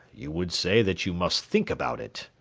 you will say that you must think about it.